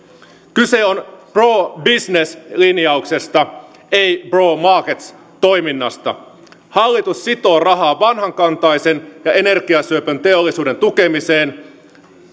kyse on pro business linjauksesta ei pro market toiminnasta hallitus sitoo rahaa vanhakantaisen ja energiasyöpön teollisuuden tukemiseen